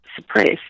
suppressed